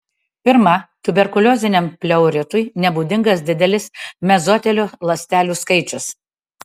pirma tuberkulioziniam pleuritui nebūdingas didelis mezotelio ląstelių skaičius